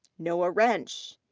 noah rench.